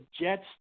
Jets